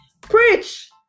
preach